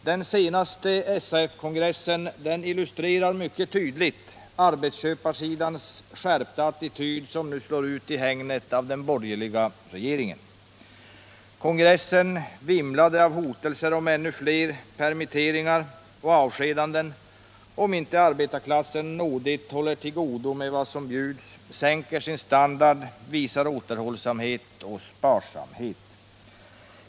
Den senaste SAF-kongressen illustrerar mycket tydligt arbetsköparsidans skärpta attityd som nu slår ut i hägnet av den borgerliga regeringen. Kongressen vimlade av hotelser om ännu fler permitteringar och avskedanden om inte arbetarklassen underdånigt håller till godo med vad som bjuds, sänker sin standard, visar återhållsamhet och sparsamhet.